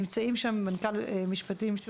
נמצאים שם מנכ"ל משרד המשפטים,